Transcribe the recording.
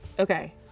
Okay